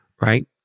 right